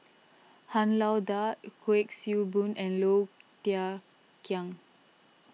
Han Lao Da Kuik Swee Boon and Low Thia Khiang